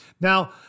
Now